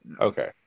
Okay